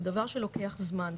זה דבר שלוקח זמן,